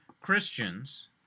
Christians